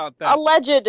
Alleged